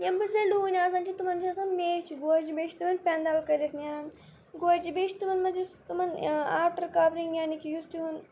یِم بُرٕزٔلۍ ڈوٗنۍ آسان چھِ تِمَن چھِ آسان میٚچھِ گوجہِ بیٚیہِ چھِ تِمَن پٮ۪نٛدَل کٔرِتھ نیران گوجہِ بیٚیہِ چھِ تِمَن منٛز یُس تِمَن اَوٹَر کَورِنٛگ یعنی کہِ یُس تِہُنٛد